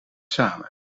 samen